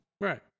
Right